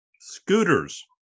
Scooters